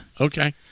Okay